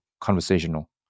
conversational